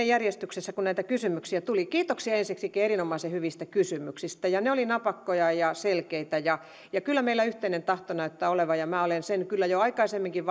järjestyksessä kuin näitä kysymyksiä tuli kiitoksia ensiksikin erinomaisen hyvistä kysymyksistä ne olivat napakoita ja selkeitä ja ja kyllä meillä yhteinen tahto näyttää olevan ja minä olen sen kyllä jo aikaisemminkin